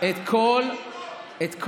את כל היישובים,